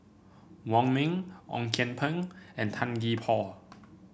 Wong Ming Ong Kian Peng and Tan Gee Paw